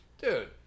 dude